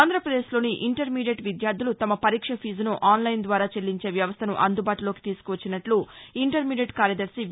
ఆంధ్రప్రదేశ్లోని intermediate విద్యార్థులు తమ పరీక్ష ఫీజును ఆన్లైన్ ద్వారా చెల్లించే వ్యవస్థను అందుబాటులోకి తీసుకువచ్చినట్లు ఇంటర్మీడియట్ కార్యదర్శి వి